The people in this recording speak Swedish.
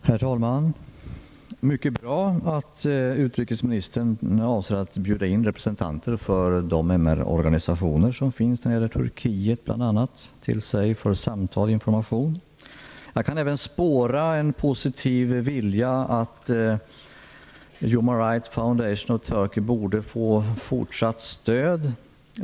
Herr talman! Det är mycket bra att utrikesministern avser att bjuda in till sig representanter för de MR-organisationer som finns bl.a. när det gäller Turkiet för samtal och information. Jag kan även spåra en positiv vilja när det gäller att Human Rights Foundation of Turkey borde få fortsatt stöd.